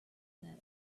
that